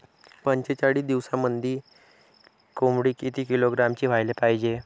पंचेचाळीस दिवसामंदी कोंबडी किती किलोग्रॅमची व्हायले पाहीजे?